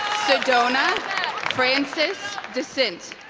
sedona frances decint